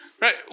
right